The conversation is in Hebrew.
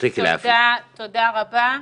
תודה רבה.